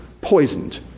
poisoned